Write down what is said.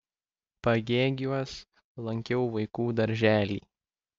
pagėgiuos lankiau vaikų darželį